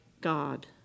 God